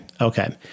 Okay